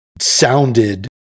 sounded